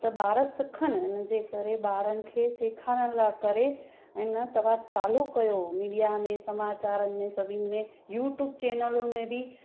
त ॿार सिखनि इन जे करे ॿारनि खे सिखारण लाइ करे ऐं न तव्हां चालू कयो मीडिया में समाचारनि में सभिनी में यूट्यूब चैनलुनि में बि